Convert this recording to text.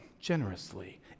generously